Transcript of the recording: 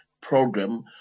program